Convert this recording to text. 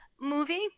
movie